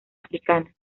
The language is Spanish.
africana